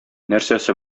нәрсәсе